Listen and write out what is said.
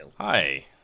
Hi